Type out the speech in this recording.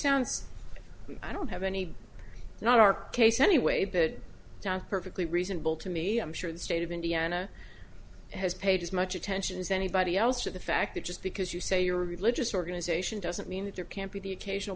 sounds i don't have any not our case anyway bed down perfectly reasonable to me i'm sure the state of indiana has paid as much attention as anybody else to the fact that just because you say you're a religious organization doesn't mean that there can't be the occasional